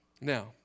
Now